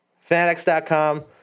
Fanatics.com